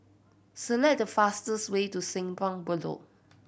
select the fastest way to Simpang Bedok